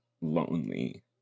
lonely